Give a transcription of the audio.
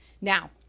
now